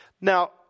Now